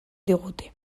digute